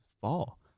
fall